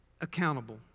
accountable